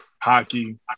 hockey